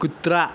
कुत्रा